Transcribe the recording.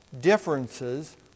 differences